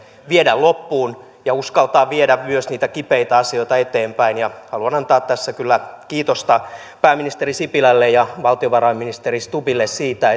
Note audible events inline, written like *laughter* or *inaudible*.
viedä loppuun ja uskaltaa viedä myös niitä kipeitä asioita eteenpäin haluan antaa tässä kyllä kiitosta pääministeri sipilälle ja valtiovarainministeri stubbille siitä *unintelligible*